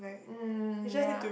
um ya